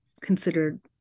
considered